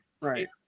right